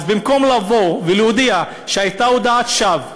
אז במקום לבוא ולהודיע שהייתה הודעת שווא,